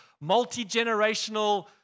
multi-generational